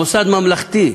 מוסד ממלכתי,